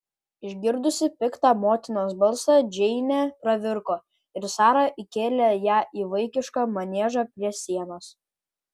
išgirdusi piktą motinos balsą džeinė pravirko ir sara įkėlė ją į vaikišką maniežą prie sienos